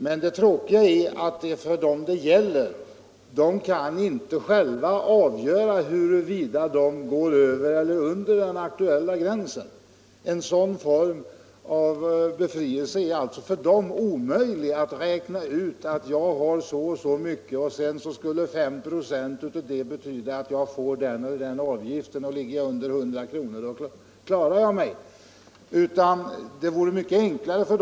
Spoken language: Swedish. Men det tråkiga är att de företag detta gäller inte själva kan avgöra huruvida de överskrider den gränsen eller inte. En sådan befrielse innebär att de skall räkna ut hur mycket den kvarstående avgiften uppgår till och därefter om 5 procent av detta belopp är mer eller mindre än 100 kronor. Är det då mindre än 100 kronor inträder avgiftsbefrielse. Det är omöjligt för dem att räkna ut detta.